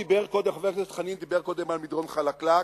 חבר הכנסת חנין דיבר קודם על מדרון חלקלק.